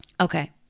okay